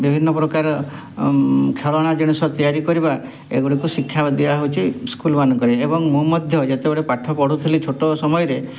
ବିଭିନ୍ନ ପ୍ରକାର ଖେଳନା ଜିନିଷ ତିଆରି କରିବା ଏଗୁଡ଼ିକୁ ଶିକ୍ଷା ଦିଆହଉଛି ସ୍କୁଲ୍ମାନଙ୍କରେ ଏବଂ ମୁଁ ମଧ୍ୟ ଯେତେବେଳେ ପାଠ ପଢ଼ୁଥିଲି ଛୋଟ ସମୟରେ